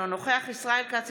אינו נוכח ישראל כץ,